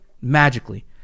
Magically